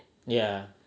ya